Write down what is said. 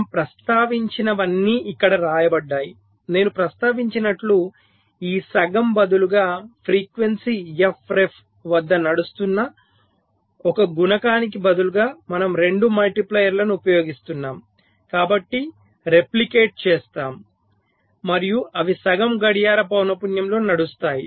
మనం ప్రస్తావించినవన్నీ ఇక్కడ వ్రాయబడ్డాయి నేను ప్రస్తావించినట్లు ఈ సగం బదులుగా ఫ్రీక్వెన్సీ f ref వద్ద నడుస్తున్న ఒక గుణకానికి బదులుగా మనము 2 మల్టిప్లైయర్లను ఉపయోగిస్తాము కాబట్టి రేప్లికేట్ చేసాము మరియు అవి సగం గడియార పౌనపున్యంలో నడుస్తాయి